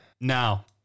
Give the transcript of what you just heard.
now